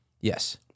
Yes